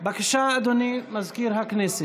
בבקשה, אדוני מזכיר הכנסת.